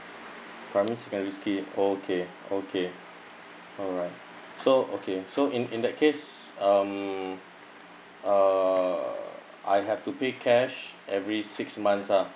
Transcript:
primary to secondary okay okay alright so okay so in in that case um uh I have to pay cash every six months lah